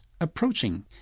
approaching